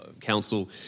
Council